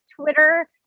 Twitter